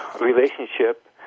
relationship